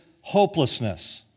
hopelessness